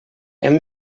hem